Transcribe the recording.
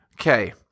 Okay